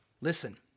Listen